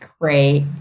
great